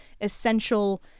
essential